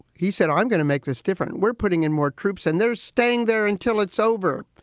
he said, i'm going to make this different. we're putting in more troops and they're staying there until it's over.